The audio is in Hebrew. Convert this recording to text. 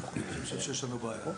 אני חושב שיש לנו בעיה.